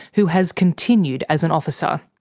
who has continued as an officer.